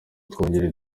twongere